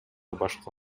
башка